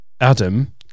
Adam